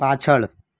પાછળ